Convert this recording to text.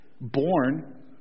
born